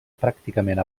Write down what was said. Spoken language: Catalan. pràcticament